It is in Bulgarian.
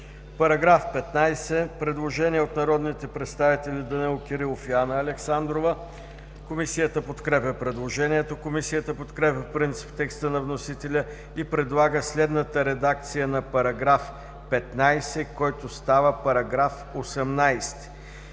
на вносител. Предложение от народния представител Данаил Кирилов и Анна Александрова. Комисията подкрепя предложението. Комисията подкрепя по принцип текста на вносителя и предлага следната редакция на § 12, който става § 15: „§ 15.